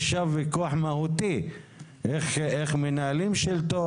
יש שם ויכוח מהותי איך מנהלים שלטון.